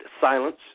silence